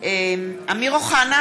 אמיר אוחנה,